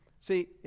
see